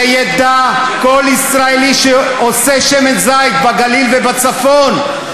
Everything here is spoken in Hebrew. שידע כל ישראלי שעושה שמן זית בגליל ובצפון,